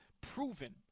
proven